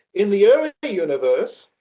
in the early universe,